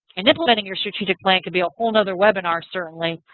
and implementing your strategic plan can be a whole and other webinar certainly.